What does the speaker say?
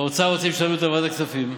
באוצר רוצים שנעביר אותה לוועדת הכספים,